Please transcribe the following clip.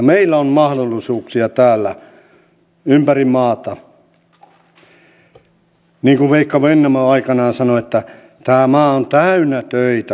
meillä on tulossa uusia investointeja esimerkiksi äänekoskelle toivottavasti myös kuopioon varkaudessa on myöskin